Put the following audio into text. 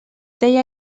deia